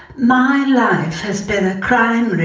my life has been a crime,